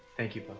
thank you papa.